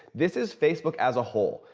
this is facebook as a whole.